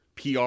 PR